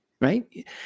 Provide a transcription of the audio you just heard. right